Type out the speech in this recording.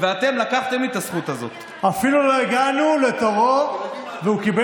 אתם יודעים שמיליון משרות במגזר הציבורי כמעט